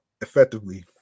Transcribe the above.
effectively